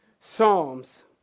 psalms